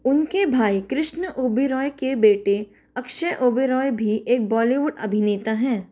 उन के भाई कृष्ण ओबेरॉय के बेटे अक्षय ओबेरॉय भी एक बॉलीवुड अभिनेता हैं